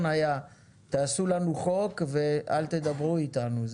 היה תעשו לנו חוק ואל תדברו איתנו,